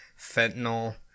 Fentanyl